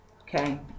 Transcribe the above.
Okay